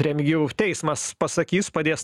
remigijau teismas pasakys padės